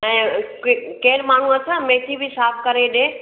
ऐं के केरु माण्हूं अथव मेथी बी साफ करे ॾे